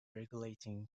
regulating